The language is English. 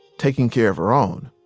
taking care of her own.